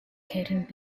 caring